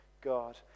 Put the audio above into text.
God